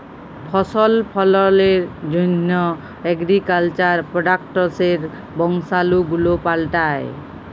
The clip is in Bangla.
ফসল ফললের জন্হ এগ্রিকালচার প্রডাক্টসের বংশালু গুলা পাল্টাই